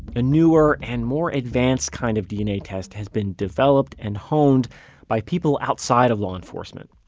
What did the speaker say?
a newer and more advanced kind of dna test has been developed and honed by people outside of law enforcement.